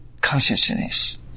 consciousness